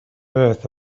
earth